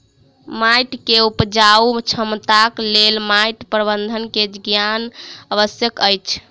माइट के उपजाऊ क्षमताक लेल माइट प्रबंधन के ज्ञान आवश्यक अछि